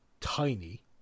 tiny